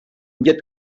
llet